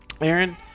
Aaron